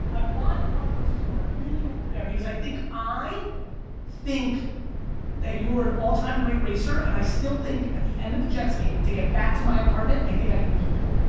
i want one of those two, i really hope they're there because i think i think that you're an all time great racer and i still think at the end of a jets game to get back to my apartment, i think i can beat you.